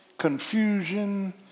confusion